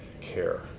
care